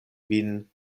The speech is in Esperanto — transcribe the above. vin